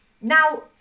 Now